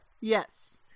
Yes